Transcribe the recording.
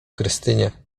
krystynie